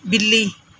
ਬਿੱਲੀ